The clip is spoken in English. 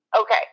Okay